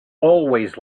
always